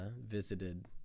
visited